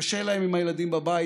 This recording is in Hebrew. קשה להם עם הילדים בבית,